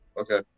okay